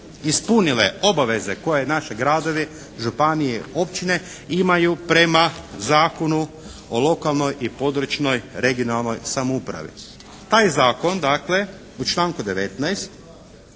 ispunile obaveze koje naši gradovi, županije i općine imaju prema Zakonu o lokalnoj i područnoj, regionalnoj samoupravi. Taj zakon dakle u članku 19.